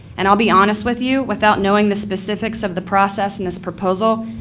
and i'll be honest with you, without knowing the specifics of the process in this proposal,